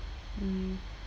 mm